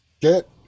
get